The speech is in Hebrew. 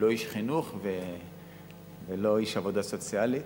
איש חינוך ולא איש עבודה סוציאלית,